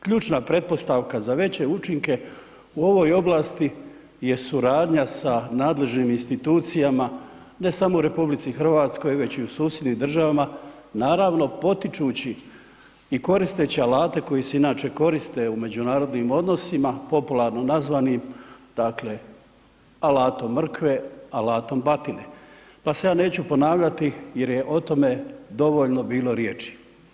Ključna pretpostavka za veće učinke u ovoj oblasti je suradnja sa nadležnim institucijama ne samo u Republici Hrvatskoj, već i u susjednim državama naravno potičući i koristeći alate koji se inače koriste u međunarodnim odnosima popularno nazvanim dakle „alatom mrkve“, „alatom batine“ pa se ja neću ponavljati jer je o tome dovoljno bilo riječi.